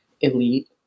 elite